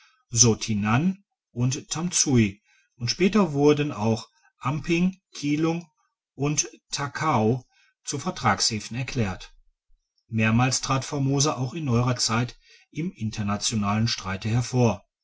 so tainan und tamsui und später wurde auch amping kilung und takaozu vertragshäfen erklärt mehrmals trat formosa auch in neuerer zeit im internationalen streite hervor